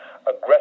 aggressive